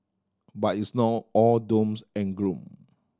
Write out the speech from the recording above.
but it's not all dooms and gloom